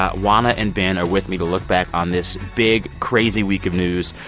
juana and ben are with me to look back on this big, crazy week of news,